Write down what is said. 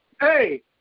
Hey